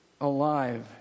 alive